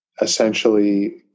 essentially